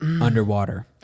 underwater